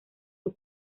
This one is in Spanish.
sus